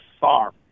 far